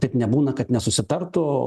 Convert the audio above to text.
taip nebūna kad nesusitartų